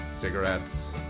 Cigarettes